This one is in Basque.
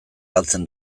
galtzen